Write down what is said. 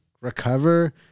recover